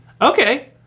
Okay